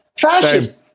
fascist